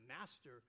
master